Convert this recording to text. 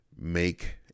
make